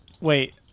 wait